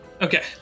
Okay